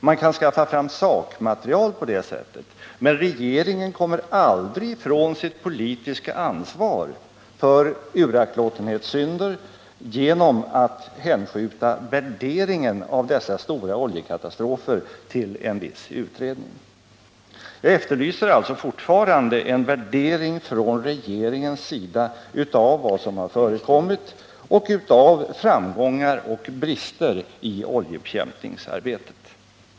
Man kan skaffa fram sakmaterial på det sättet, men regeringen kommer aldrig ifrån sitt politiska ansvar för uraktlåtenhetssynder genom att hänskjuta värderingen av dessa stora oljekatastrofer till en viss utredning. Jag efterlyser alltså fortfarande en värdering från regeringens sida av vad som har förekommit och av framgångar och brister i oljebekämpningsarbetet.